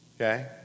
Okay